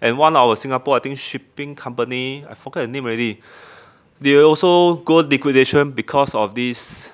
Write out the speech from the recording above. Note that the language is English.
and one our Singapore I think shipping company I forget the name already they also go liquidation because of this